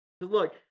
Look